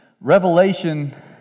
Revelation